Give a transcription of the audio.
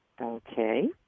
Okay